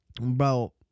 Bro